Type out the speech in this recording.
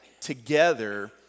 together